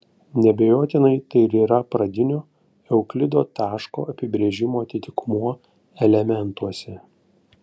neabejotinai tai ir yra pradinio euklido taško apibrėžimo atitikmuo elementuose